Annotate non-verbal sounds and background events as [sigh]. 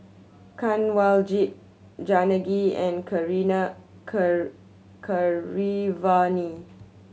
Kanwaljit Janaki and [unintelligible] Keeravani